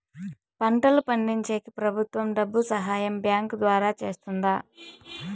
పంటలు పండించేకి ప్రభుత్వం డబ్బు సహాయం బ్యాంకు ద్వారా చేస్తుందా?